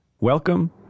welcome